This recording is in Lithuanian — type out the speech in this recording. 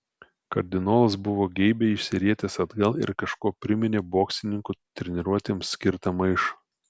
kardinolas buvo geibiai išsirietęs atgal ir kažkuo priminė boksininkų treniruotėms skirtą maišą